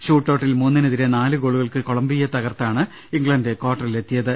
ഷൂട്ടൌട്ടിൽ മൂന്നിനെതിരെ നാലു ഗോളുകൾക്ക് കൊളംബി യയെ തകർത്താണ് ഇംഗ്ലണ്ട് ക്വാർട്ടറിൽ എത്തിയത്